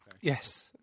Yes